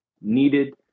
needed